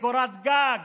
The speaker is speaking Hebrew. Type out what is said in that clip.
לקורת גג.